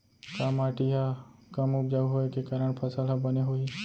का माटी हा कम उपजाऊ होये के कारण फसल हा बने होही?